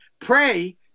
Pray